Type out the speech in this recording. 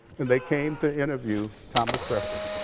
and they came to interview thomas presley.